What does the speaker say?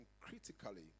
critically